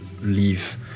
leave